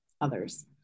others